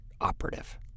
operative